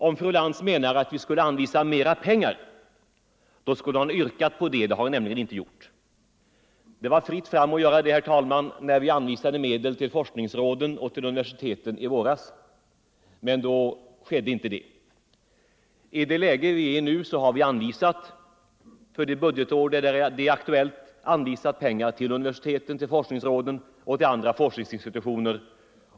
Om fru Lantz anser att vi Onsdagen den skulle anvisa mera pengar borde hon ha yrkat på det, men det har hon 20 november 1974 inte gjort. Det var fritt fram att göra det när vi i våras anvisade medel till forskningsråden och universiteten. Vi har nu för det innevarande Forskning om budgetåret anvisat pengar till universiteten, till forskningsråden och till — smärtlindring vid andra institutioner.